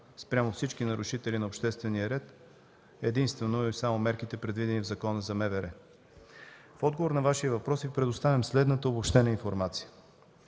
спрямо всички нарушители на обществения ред единствено и само мерките, предвидени в Закона за МВР. В отговор на Вашия въпрос Ви предоставям следната обобщена информация: